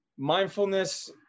Mindfulness